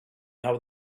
how